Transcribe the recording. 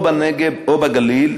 או בנגב או בגליל,